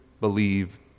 believe